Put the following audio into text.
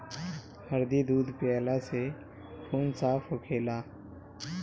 हरदी दूध पियला से खून साफ़ होखेला